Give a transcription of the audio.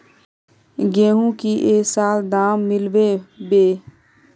गेंहू की ये साल दाम मिलबे बे?